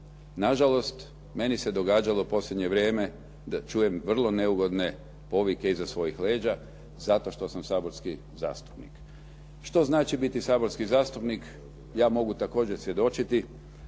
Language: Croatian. Na žalost, meni se događalo u posljednje vrijeme da čujem vrlo neugodne povike iza svojih leđa, zato što sam saborski zastupnik. Što znači saborski zastupnik? Ja mogu također svjedočiti,